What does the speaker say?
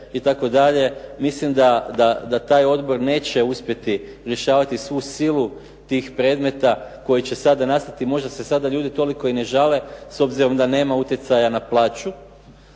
mislim da taj odbor neće uspjeti rješavati svu silu tih predmeta koji će sada nastati. Možda se sada ljudi toliko i ne žale s obzirom da nema utjecaja na plaću.